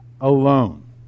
alone